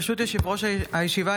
ברשות יושב-ראש הישיבה,